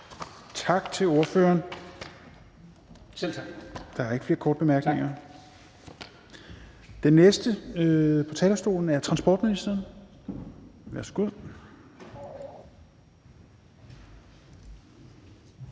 Tak til ordføreren. Der er ikke flere korte bemærkninger. Den næste på talerstolen er transportministeren. Værsgo.